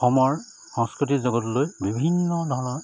অসমৰ সংস্কৃতিৰ জগতলৈ বিভিন্ন ধৰণৰ